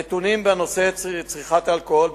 הנתונים בנושא צריכת האלכוהול,